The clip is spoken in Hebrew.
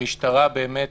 אני חושב שהמשטרה באמת